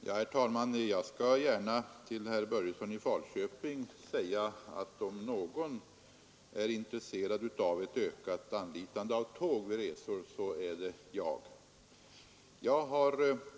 Herr talman! Jag skall gärna till herr Börjesson i Falköping säga att om någon är intresserad av ett ökat anlitande av tåg vid resor, så är det jag.